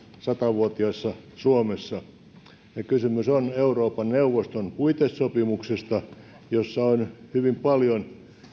sata vuotiaassa suomessa kysymys on euroopan neuvoston puitesopimuksesta jossa on hyvin paljon